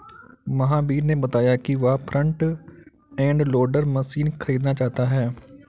महावीर ने बताया कि वह फ्रंट एंड लोडर मशीन खरीदना चाहता है